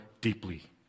deeply